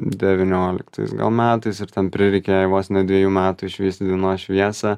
devynioliktais gal metais ir ten prireikė jai vos ne dvejų metų išvysti dienos šviesą